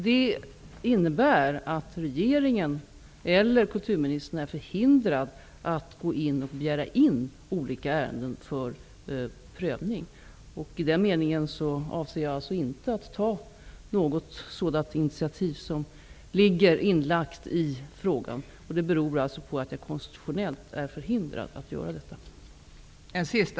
Detta innebär att regeringen eller kulturministern är förhindrad att gå in och begära in olika ärenden för prövning. I den meningen avser jag alltså inte att ta något sådant initiativ som nämns i frågan. Det beror på att jag är konstitutionellt förhindrad att göra detta.